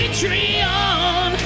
Patreon